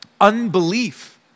unbelief